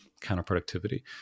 counterproductivity